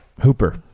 Hooper